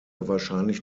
wahrscheinlich